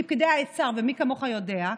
כי פקידי האוצר, ומי כמוך יודע,